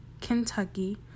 Kentucky